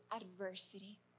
adversity